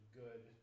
good